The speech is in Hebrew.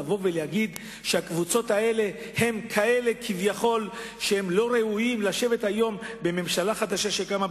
לבוא ולהגיד שהקבוצות האלה לא ראויות לשבת היום בממשלה החדשה שקמה,